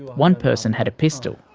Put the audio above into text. one person had a pistol,